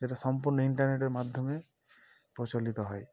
যেটা সম্পূর্ণ ইন্টারনেটের মাধ্যমে প্রচলিত হয়